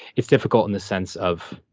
it's difficult in the sense of,